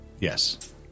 Yes